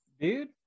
dude